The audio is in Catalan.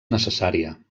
necessària